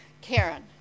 Karen